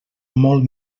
molt